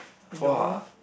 !wah!